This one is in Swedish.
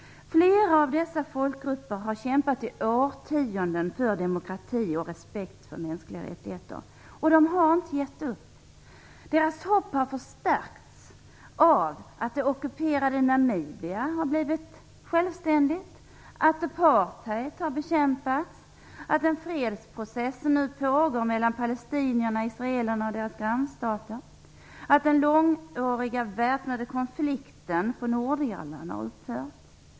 Flera av dessa folkgrupper har kämpat i årtionden för demokrati och respekt för mänskliga rättigheter. De har inte gett upp. Deras hopp har förstärkts av att det ockuperade Namibia har blivit självständigt, att apartheid har bekämpats, att en fredsprocess nu pågår mellan palestinierna, israelerna och deras grannstater och att den långvariga väpnade konflikten på Nordirland har upphört.